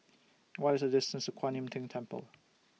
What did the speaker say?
What IS The distance to Kuan Im Tng Temple